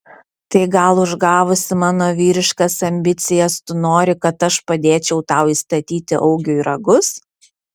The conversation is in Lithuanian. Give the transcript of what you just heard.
tai gal užgavusi mano vyriškas ambicijas tu nori kad aš padėčiau tau įstatyti augiui ragus